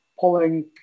pulling